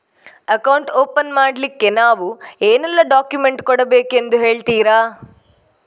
Account open ಮಾಡ್ಲಿಕ್ಕೆ ನಾವು ಏನೆಲ್ಲ ಡಾಕ್ಯುಮೆಂಟ್ ಕೊಡಬೇಕೆಂದು ಹೇಳ್ತಿರಾ?